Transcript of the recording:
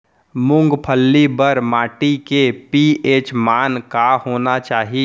मूंगफली बर माटी के पी.एच मान का होना चाही?